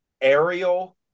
aerial